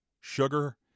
Sugar